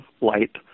light